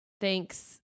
thanks